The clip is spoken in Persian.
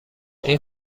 این